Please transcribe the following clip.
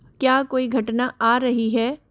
क्या कोई घटना आ रही है